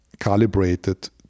calibrated